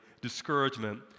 discouragement